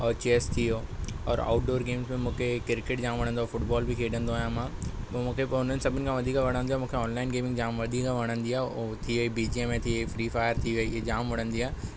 ऐं चेस थी वियो आउटडोर गेम में मूंखे क्रिकेट जाम वणंदो आहे फुटबॉल बि खेॾंदो आहियां मां पोइ मूंखे हुन सभिनी खां वधीक वणंदी आहे मूंखे ऑनलाइन गेमिंग जाम वधीक वणंदी आहे थी वेई बी जी एम आइ थी वेई फ्री फायर थी वेई ई जाम वणंदी आहे